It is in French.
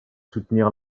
soutenir